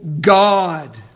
God